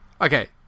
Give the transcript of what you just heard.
Okay